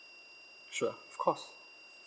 sure of course